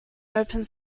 opened